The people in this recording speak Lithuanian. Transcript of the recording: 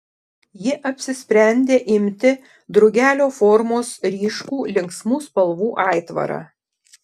ji apsisprendė imti drugelio formos ryškų linksmų spalvų aitvarą